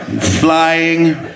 Flying